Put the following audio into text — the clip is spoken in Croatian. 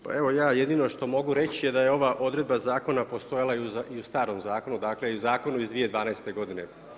Pa evo ja jedino što mogu reći da je ova odredba zakona postojala i u starom zakonu, dakle i u zakonu iz 2012. godine.